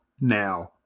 Now